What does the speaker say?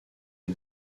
est